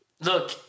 look